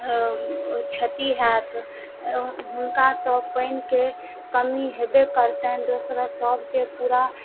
क्षति हैत हुनका तऽ पानिके कमी हेबे करतनि दोसर सभके पूरा